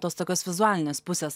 tos tokios vizualinės pusės